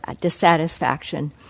dissatisfaction